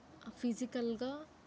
ఫిజికల్గా